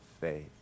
faith